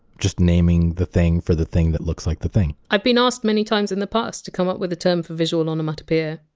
just naming the thing for the thing that looks like the thing. i've been asked many times in the past to come up with a term for visual onomatopoeia.